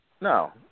No